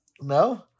No